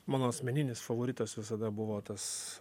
mano asmeninis favoritas visada buvo tas